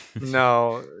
No